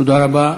תודה רבה.